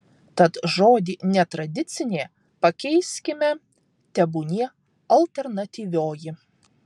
tad žodį netradicinė pakeiskime tebūnie alternatyvioji